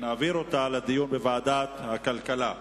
התשס"ט 2009, לדיון מוקדם בוועדת הכלכלה נתקבלה.